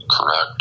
Correct